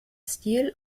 stil